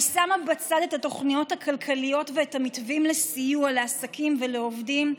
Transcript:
אני שמה בצד את התוכניות הכלכליות ואת המתווים לסיוע לעסקים ולעובדים,